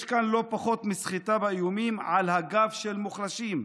יש כאן לא פחות מסחיטה באיומים על הגב של מוחלשים.